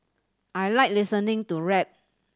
I like listening to rap